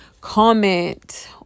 comment